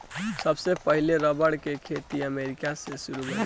सबसे पहिले रबड़ के खेती अमेरिका से शुरू भईल रहे